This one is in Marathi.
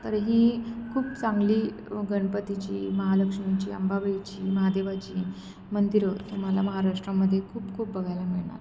तर ही खूप चांगली गणपतीची महालक्ष्मीची अंबाबाईची महादेवाची मंदिरं तुम्हाला महाराष्ट्रामध्ये खूप खूप बघायला मिळणार